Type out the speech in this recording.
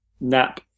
nap